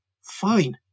fine